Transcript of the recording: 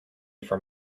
from